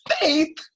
faith